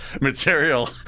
material